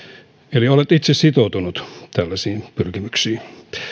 eli olet itse sitoutunut tällaisiin pyrkimyksiin